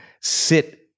sit